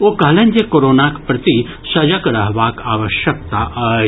ओ कहलनि जे कोरोनाक प्रति सजग रहबाक आवश्यकता अछि